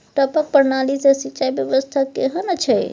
टपक प्रणाली से सिंचाई व्यवस्था केहन अछि?